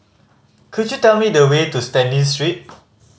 could you tell me the way to Stanley Street